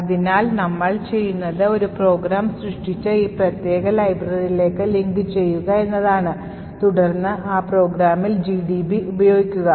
അതിനാൽ നമ്മൾ ചെയ്യുന്നത് ഒരു പ്രോഗ്രാം സൃഷ്ടിച്ച് ഈ പ്രത്യേക ലൈബ്രറിയിലേക്ക് ലിങ്ക് ചെയ്യുക തുടർന്ന് ആ പ്രോഗ്രാമിൽ GDB ഉപയോഗിക്കുക